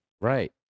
Right